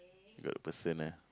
weird person ah